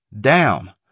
down